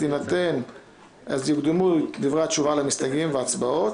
אז יוקדמו דברי התשובה למסתייגים וההצבעות,